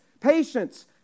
patience